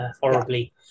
horribly